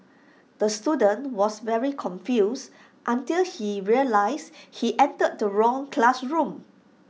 the student was very confused until he realised he entered the wrong classroom